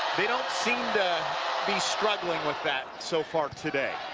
they don't seem to be struggling with that so far today.